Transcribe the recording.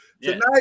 Tonight